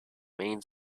main